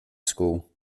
school